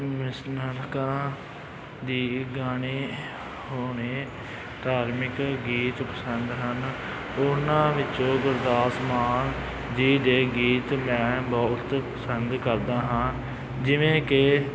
ਦੇ ਗਾਣੇ ਹੋਣੇ ਧਾਰਮਿਕ ਗੀਤ ਪਸੰਦ ਹਨ ਉਹਨਾਂ ਵਿੱਚੋਂ ਗੁਰਦਾਸ ਮਾਨ ਜੀ ਦੇ ਗੀਤ ਮੈਂ ਬਹੁਤ ਪਸੰਦ ਕਰਦਾ ਹਾਂ ਜਿਵੇਂ ਕਿ